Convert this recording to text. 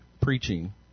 preaching